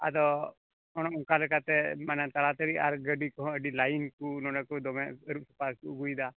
ᱟᱫᱚ ᱚᱱᱮ ᱚᱱᱠᱟ ᱞᱮᱠᱟᱛᱮ ᱢᱟᱱᱮ ᱛᱟᱲᱟᱛᱟᱹᱲᱤ ᱟᱨ ᱜᱟᱹᱰᱤ ᱠᱚᱦᱚᱸ ᱟᱹᱰᱤ ᱞᱟᱹᱭᱤᱱ ᱠᱚ ᱱᱚᱰᱮ ᱠᱚ ᱫᱚᱢᱮ ᱟᱹᱨᱩᱵ ᱠᱚ ᱟᱹᱜᱩᱭᱮᱫᱟ